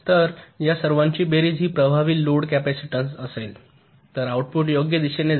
तर या सर्वांची बेरीज ही प्रभावी लोड कॅपेसिटन्स असेल तर आऊटपुट योग्य दिशेने जाईल